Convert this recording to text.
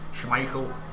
Schmeichel